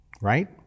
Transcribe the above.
Right